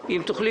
חוה,